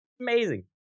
Amazing